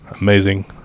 amazing